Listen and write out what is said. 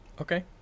okay